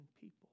people